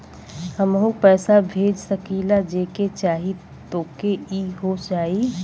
हमहू पैसा भेज सकीला जेके चाही तोके ई हो जाई?